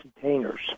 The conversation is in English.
containers